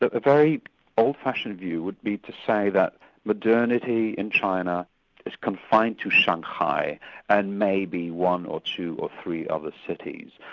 the very old-fashioned view would be to say that modernity in china is confined to shanghai and maybe one or two or three other cities,